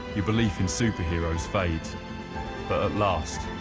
your belief in superheroes fade, but at last,